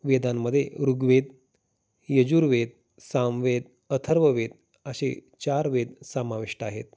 वेदांमध्ये ऋगवेद यजुर्वेद सामवेद अथर्ववेद असे चार वेद सामाविष्ट आहेत